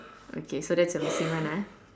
okay so that's the missing one ah